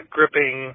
Gripping